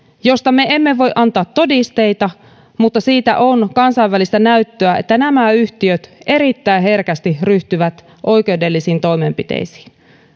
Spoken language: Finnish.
josta me emme voi antaa todisteita mutta siitä on kansainvälistä näyttöä että nämä yhtiöt erittäin herkästi ryhtyvät oikeudellisiin toimenpiteisiin